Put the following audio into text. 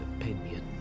opinion